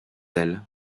elle